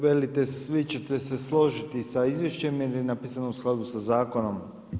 Velite svi ćete se složiti sa izvješćem jer je napisano u skladu sa zakonom.